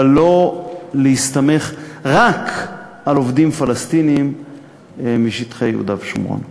אבל לא להסתמך רק על עובדים פלסטינים משטחי יהודה ושומרון.